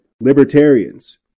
libertarians